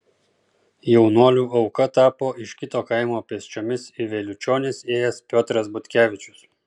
jaunuolių auka tapo iš kito kaimo pėsčiomis į vėliučionis ėjęs piotras butkevičius